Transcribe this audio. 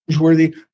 Worthy